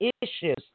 issues